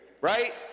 right